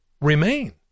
remain